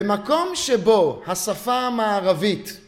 במקום שבו השפה המערבית